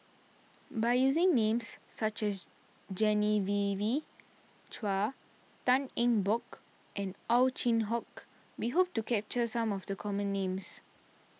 by using names such as Genevieve Chua Tan Eng Bock and Ow Chin Hock we hope to capture some of the common names